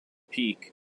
peak